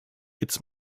its